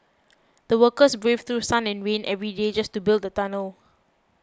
the workers braved through sun and rain every day just to build the tunnel